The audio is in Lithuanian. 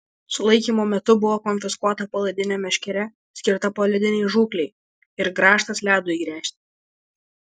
sulaikymo metu buvo konfiskuota palaidinė meškerė skirta poledinei žūklei ir grąžtas ledui gręžti